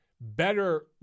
better